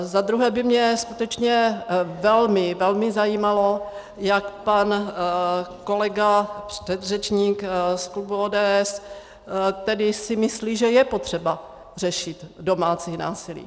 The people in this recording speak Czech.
Za druhé by mě skutečně velmi, velmi zajímalo, jak pan kolega předřečník z klubu ODS tedy si myslí, že je potřeba řešit domácí násilí.